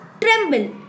tremble